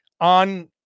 on